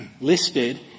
listed